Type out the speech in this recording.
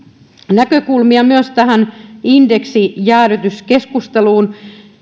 näkökulmia myös tähän indeksijäädytyskeskusteluun